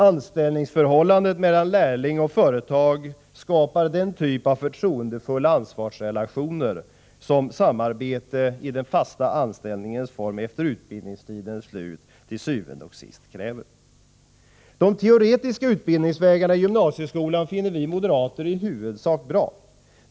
Anställningsförhållandet mellan lärling och företag skapar den typ av förtroendefull ansvarsrelation som samarbetet i den fasta anställningsformen efter utbildningstidens slut til syvende og sidst kräver. De teoretiska utbildningsvägarna i gymnasieskolan finner vi moderater i huvudsak bra.